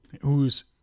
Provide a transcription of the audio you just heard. who's-